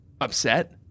upset